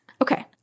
Okay